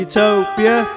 Utopia